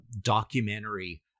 documentary